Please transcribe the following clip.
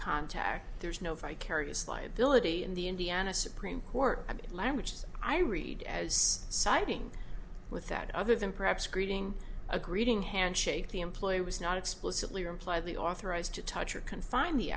contact there's no vicarious liability in the indiana supreme court and languages i read as siding with that other than perhaps creating a greeting handshake the employer was not explicitly or implied the authorized to touch or confine the